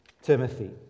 Timothy